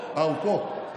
הוא פה.